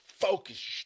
Focus